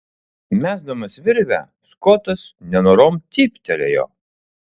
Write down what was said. mesdamas virvę skotas nenorom cyptelėjo